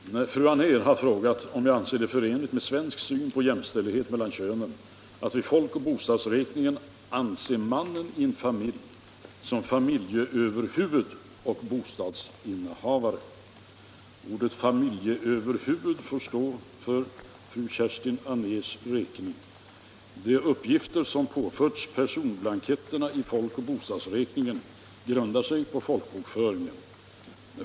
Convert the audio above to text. Fru talman! Fru Anér har frågat mig om jag finner det förenligt med svensk syn på jämställdhet mellan könen att vid folkoch bostadsräkningen anse mannen i en familj som familjeöverhuvud och bostadsinnehavare. Ordet familjeöverhuvud får stå för fru Kerstin Anérs räkning. De uppgifter som påförts personblanketterna i folkoch bostadsräkningen grundar sig på folkbokföringen.